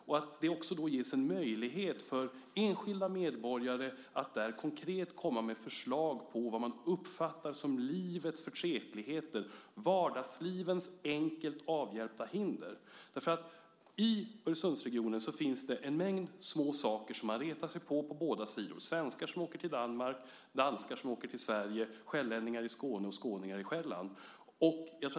Det borde också ges en möjlighet för enskilda medborgare att där konkret komma med förslag på vad man uppfattar som livets förtretligheter, vardagslivets enkelt avhjälpta hinder. I Öresundsregionen finns det en mängd små saker som man på båda sidor retar sig på. Det handlar om svenskar som åker till Danmark, danskar som åker till Sverige, Själlandsbor i Skåne och skåningar i Själland.